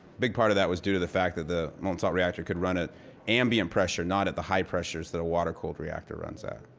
big part of that was due to the fact that the molten salt reactor could run at ambient pressure, not at the high pressures that a water-cooled reactor runs at,